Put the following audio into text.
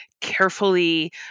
carefully